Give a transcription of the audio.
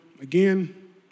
again